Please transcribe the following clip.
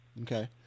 Okay